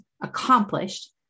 accomplished